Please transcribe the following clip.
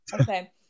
okay